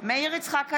מאיר יצחק הלוי,